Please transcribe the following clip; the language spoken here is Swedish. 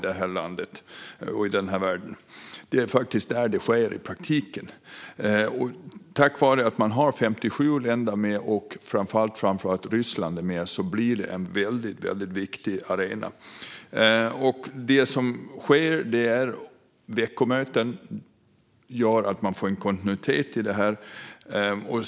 Det är där det sker i praktiken. Tack vare att 57 länder är med och framför allt att Ryssland är med blir det en väldigt viktig arena. Det som sker är veckomöten. Det gör att man får en kontinuitet.